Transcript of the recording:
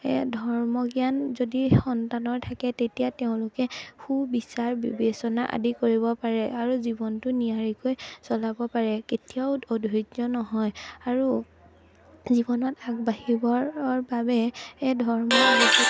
ধৰ্মজ্ঞান যদি সন্তানৰ থাকে তেতিয়া তেওঁলোকে সুবিচাৰ বিবেচনা আদি কৰিব পাৰে আৰু জীৱনটো নিয়াৰিকৈ চলাব পাৰে কেতিয়াও অধৈৰ্য নহয় আৰু জীৱনত আগবাঢ়িবৰ বাবে এ ধৰ্ম